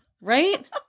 Right